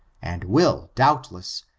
and will, doubtless,